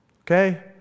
Okay